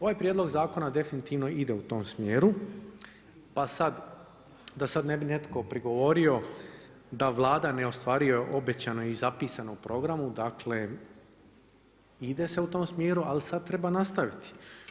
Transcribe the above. Ovaj prijedlog zakona definitivno ide u tom smjeru, pa sad da sad ne bi netko prigovorio, da Vlada ne ostvaruje obećano i zapisano u programu, dakle, ide u se u tom smjeru ali sad treba nastaviti.